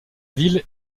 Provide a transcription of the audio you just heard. ville